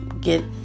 get